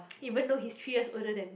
even though he's three years older than